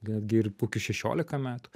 netgi ir kokį šešiolika metų